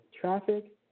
traffic